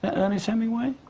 and ernest hemingway?